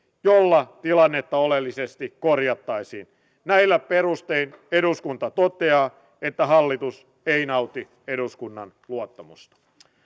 joilla tilannetta oleellisesti korjattaisiin näillä perustein eduskunta toteaa että hallitus ei nauti eduskunnan luottamusta